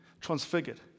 transfigured